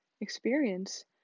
experience